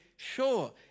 Sure